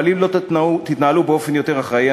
אבל אם לא תתנהלו באופן יותר אחראי,